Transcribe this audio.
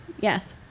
Yes